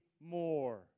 more